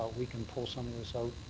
we can pull some of this out.